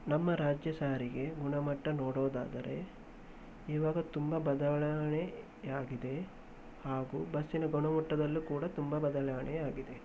ನಮ್ಮ ರಾಜ್ಯ ಸಾರಿಗೆ ಗುಣಮಟ್ಟ ನೋಡೋದಾದರೆ ಇವಾಗ ತುಂಬ ಬದಲಾವಣೆಯಾಗಿದೆ ಹಾಗೂ ಬಸ್ಸಿನ ಗುಣಮಟ್ಟದಲ್ಲೂ ಕೂಡ ತುಂಬ ಬದಲಾವಣೆಯಾಗಿದೆ